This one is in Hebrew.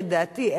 לדעתי,